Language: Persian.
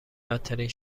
بدترین